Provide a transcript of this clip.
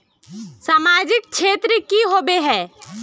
सामाजिक क्षेत्र की होबे है?